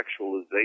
sexualization